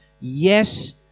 yes